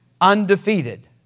undefeated